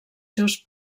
seus